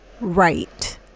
right